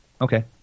Okay